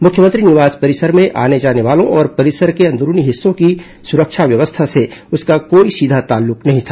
मुख्यमंत्री निवास परिसर में आने जाने वालों और परिसर के अंदरूनी हिस्सों की सुरक्षा व्यवस्था से उसका कोई सीधा ताल्लूक नहीं था